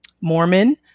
Mormon